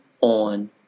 on